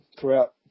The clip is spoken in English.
throughout